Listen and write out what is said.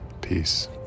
Peace